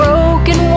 Broken